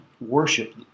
worship